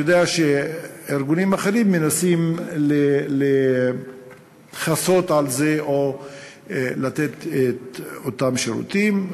אני יודע שארגונים אחרים מנסים לכסות על זה או לתת את אותם שירותים,